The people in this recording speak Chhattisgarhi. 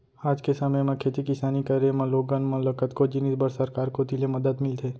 आज के समे म खेती किसानी करे म लोगन मन ल कतको जिनिस बर सरकार कोती ले मदद मिलथे